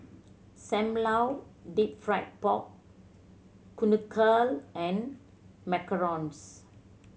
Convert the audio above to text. Sam Lau Deep Fried Pork Knuckle and macarons